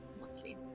mostly